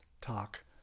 talk